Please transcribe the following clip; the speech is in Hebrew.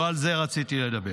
לא על זה רציתי לדבר.